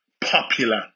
popular